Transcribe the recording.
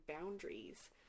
boundaries